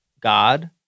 God